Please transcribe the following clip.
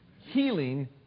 Healing